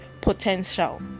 potential